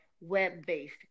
web-based